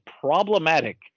problematic